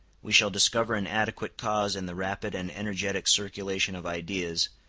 we shall discover an adequate cause in the rapid and energetic circulation of ideas,